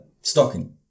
stocking